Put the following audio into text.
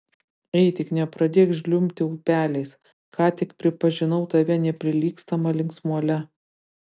ei tik nepradėk žliumbti upeliais ką tik pripažinau tave neprilygstama linksmuole